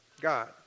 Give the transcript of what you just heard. God